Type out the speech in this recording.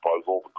puzzle